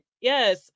yes